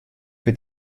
für